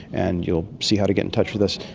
and you'll see how to get in touch with us,